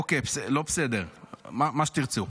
אוקיי, לא בסדר, מה שתרצו,